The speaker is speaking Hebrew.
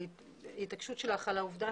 להתעקשות שלך על העובדה